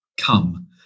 come